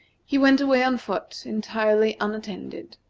he went away on foot, entirely unattended.